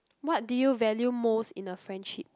what do you value most in a friendship